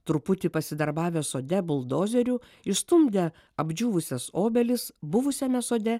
truputį pasidarbavę sode buldozeriu išstumdė apdžiūvusias obelis buvusiame sode